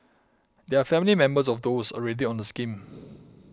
they are family members of those already on the scheme